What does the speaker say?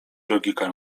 logika